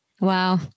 Wow